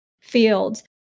fields